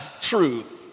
truth